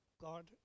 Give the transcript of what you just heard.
God